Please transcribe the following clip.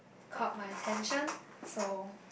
caught my attention so